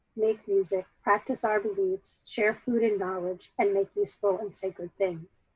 make music, practice our beliefs, share food and knowledge, and make useful and sacred things.